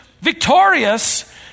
victorious